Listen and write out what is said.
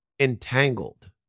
entangled